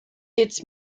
its